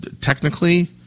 technically